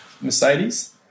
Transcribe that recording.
Mercedes